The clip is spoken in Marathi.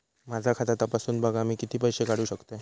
माझा खाता तपासून बघा मी किती पैशे काढू शकतय?